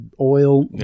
oil